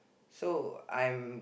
so I'm